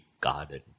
garden